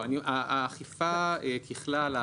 ככלל,